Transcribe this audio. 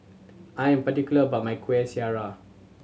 I am particular about my Kueh Syara